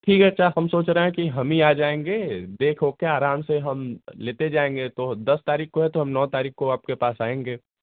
ठीक है अच्छा हम सोच रहे हैं कि हम ही आ जाएँगे देख ओख के आराम से हम लेते जाएँगे तो दस तारीख़ को है तो हम नौ तारीख़ को आप के पास आएँगे